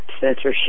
censorship